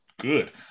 good